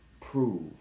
prove